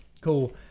Cool